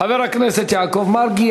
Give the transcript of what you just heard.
חבר הכנסת יעקב מרגי,